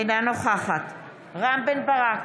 אינה נוכחת רם בן ברק,